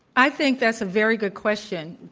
i think that's a very good question.